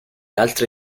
altre